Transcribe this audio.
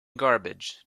garbage